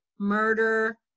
murder